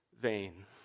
vain